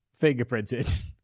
fingerprinted